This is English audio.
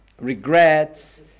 regrets